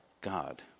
God